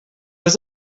was